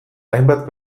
hainbat